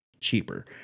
cheaper